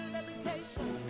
education